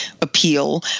appeal